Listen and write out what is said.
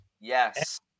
Yes